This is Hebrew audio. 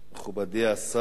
מכובדי השר,